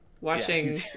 watching